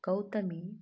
Gautami